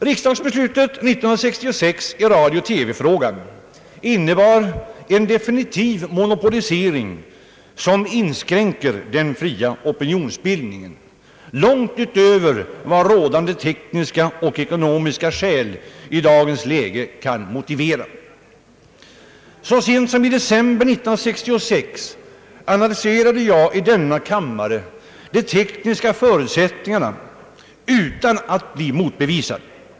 Riksdagsbeslutet 1966 i radiooch TV-frågan innebar en definitiv monopolisering som inskränker den fria opinionsbildningen långt utöver vad rådande tekniska och ekonomiska skäl i dagens läge kan motivera. Så sent som i december 1966 analyserade jag i denna kammare de tekniska förutsättningarna utan att bli motbevisad.